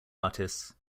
artists